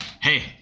hey